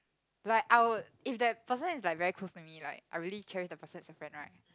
like I'd if that person is like very close to me like I really cherish that person as a friend right